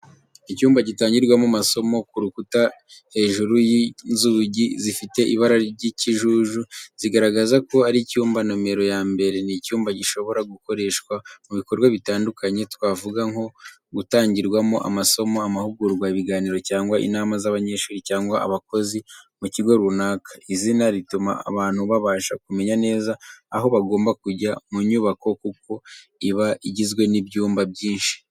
Icyumba gitangirwamo amasomo, ku rukuta hejuru y’inzugi zifite ibara ry'ikijuju zigaragaza ko ari icyumba nomero ya mbere. Ni icyumba gishobora gukoreshwa mu bikorwa bitandukanye, twavuga nko gutangirwamo amasomo, amahugurwa, ibiganiro cyangwa inama z’abanyeshuri cyangwa abakozi mu kigo runaka. Izina rituma abantu babasha kumenya neza aho bagomba kujya mu nyubako kuko iba igizwe n’ibyumba byinshi.